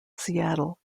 seattle